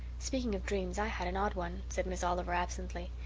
speaking of dreams i had an odd one, said miss oliver absently.